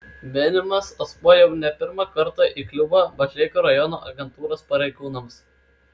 minimas asmuo jau ne pirmą kartą įkliūva mažeikių rajono agentūros pareigūnams